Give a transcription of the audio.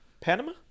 Panama